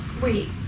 wait